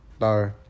No